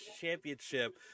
championship